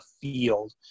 field